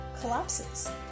collapses